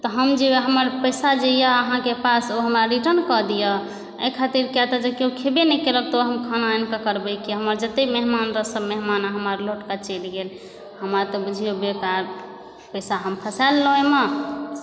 तऽ हम जे हमर पैसा जे यए अहाँके पास ओ हमरा रिटर्न कऽ दिअ एहि खातिर किआ तऽ जे किओ खेबे नहि केलक तऽ हम खाना आनि कऽ करबै की हमर जतेक मेहमान रहए सभमेहमान हमर लौट कऽ चलि गेल हमरा तऽ बुझियौ बेकार पैसा हम फँसा लेलहुँ एहिमे